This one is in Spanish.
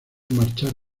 marchar